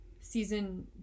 season